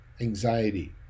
anxiety